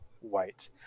white